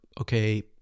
okay